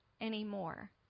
anymore